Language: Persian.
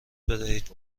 بدهید